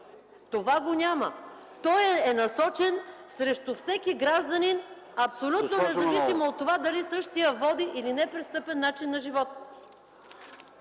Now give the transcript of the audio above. Това го няма! Той е насочен срещу всеки гражданин, абсолютно независимо от това дали същият води или не престъпен начин на живот.